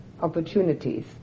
opportunities